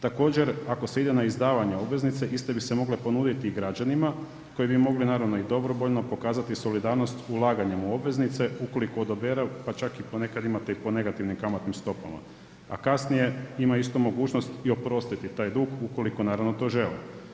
Također, ako se ide na izdavanje obveznice iste bi se mogle ponuditi i građanima koji bi mogli naravno i dobrovoljno pokazati solidarnost ulaganje u obveznice ukoliko odaberu pa čak i ponekad imate i po negativnim kamatnim stopama, a kasnije ima isto mogućnost i oprostiti taj dug ukoliko naravno to žele.